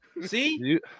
See